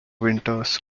winters